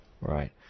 Right